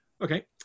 Okay